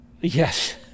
Yes